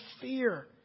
fear